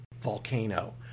volcano